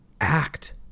act